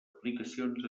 aplicacions